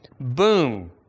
Boom